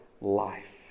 life